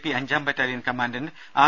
P അഞ്ചാം battalion commandant R